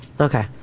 Okay